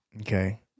Okay